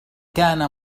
كان